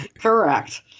correct